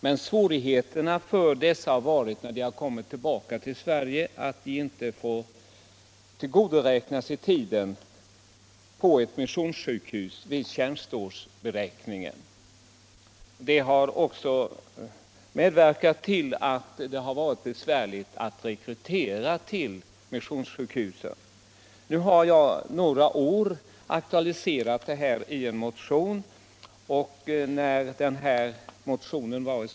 Men en svårighet för dessa har varit alt de när de kommit tillbaka till Sverige inte får tillgodoräkna sig tiden på ett missionssjukhus vid tjänsteårsberäkningen. Det har också medverkat till att det varit besvärligt att rekrytera till missionssjukhusen. Jag har några år motionsvägen aktualiserat detta spörsmål.